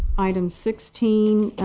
item sixteen.